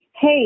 Hey